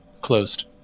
closed